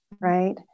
right